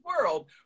world